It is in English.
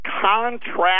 Contract